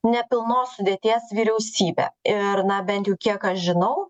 nepilnos sudėties vyriausybę ir na bent jau kiek aš žinau